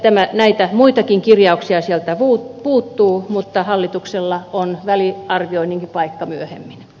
tämä kirjaus ja muitakin kirjauksia sieltä puuttuu mutta hallituksella on väliarvioinnin paikka myöhemmin